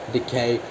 Decay